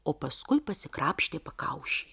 o paskui pasikrapštė pakaušį